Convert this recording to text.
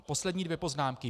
Poslední dvě poznámky.